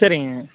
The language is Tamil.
சரிங்க